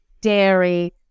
dairy